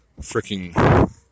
freaking